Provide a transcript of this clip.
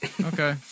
Okay